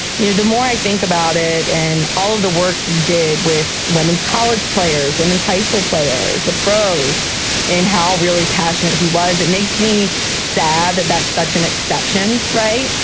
you know, the more i think about it and all of the work he did with women's college players, women's high school players, the pros and how really passionate he was, it makes me sad that that's such an exception. right.